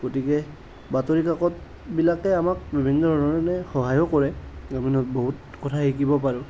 গতিকে বাতৰি কাকত বিলাকে আমাক বিভিন্ন ধৰণে সহায়ো কৰে বহুত কথা শিকিব পাৰো